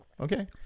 Okay